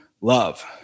love